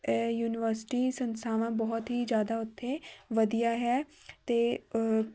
university ਸੰਸਥਾਵਾਂ ਬਹੁਤ ਹੀ ਜ਼ਿਆਦਾ ਉੱਥੇ ਵਧੀਆ ਹੈ ਅਤੇ